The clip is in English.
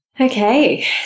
okay